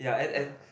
ya